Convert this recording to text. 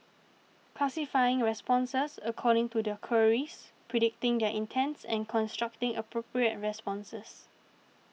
classifying responses according to their queries predicting their intents and constructing appropriate responses